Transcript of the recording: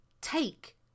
take